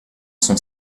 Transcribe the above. son